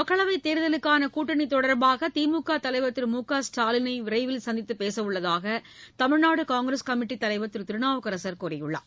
மக்களவைத் தேர்தலுக்கான கூட்டணி தொடர்பாக திமுக தலைவர் திரு மு க ஸ்டாலினை விரைவில் சந்தித்துப் பேசவுள்ளதாக தமிழ்நாடு காங்கிரஸ் கமிட்டித் தலைவர் திரு திருநாவுக்கரசர் கூறியுள்ளார்